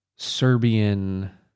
Serbian